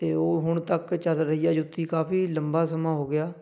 ਅਤੇ ਉਹ ਹੁਣ ਤੱਕ ਚੱਲ ਰਹੀ ਆ ਜੁੱਤੀ ਕਾਫੀ ਲੰਬਾ ਸਮਾਂ ਹੋ ਗਿਆ